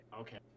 Okay